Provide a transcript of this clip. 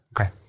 Okay